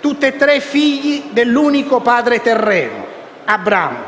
Tutti e tre figli dell'unico padre terreno: Abramo.